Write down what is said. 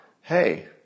hey